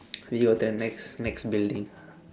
we did all of them next next building